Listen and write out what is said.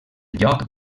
lloc